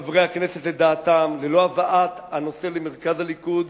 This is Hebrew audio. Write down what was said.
חברי הכנסת לדעתם, ללא הבאת הנושא למרכז הליכוד,